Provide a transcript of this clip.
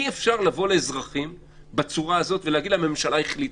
אי אפשר בצורה הזאת להגיד לאזרחים הממשלה החליטה,